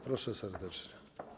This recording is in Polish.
Proszę serdecznie.